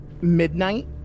midnight